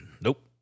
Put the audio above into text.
Nope